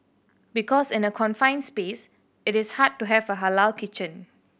because in a confined space it is hard to have a halal kitchen